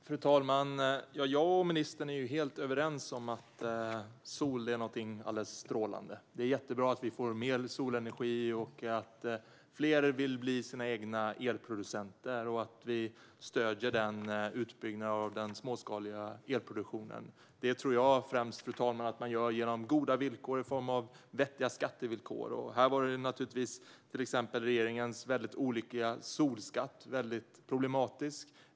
Fru talman! Jag och ministern är helt överens om att sol är något alldeles strålande. Det är jättebra att vi får mer solenergi, att fler vill bli sina egna elproducenter och att vi stöder utbyggnaden av den småskaliga elproduktionen. Detta tror jag att man gör främst genom goda villkor i form av vettiga skattevillkor. Här var regeringens olyckliga solskatt väldigt problematisk.